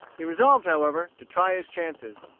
he resolved, however, to try his chances.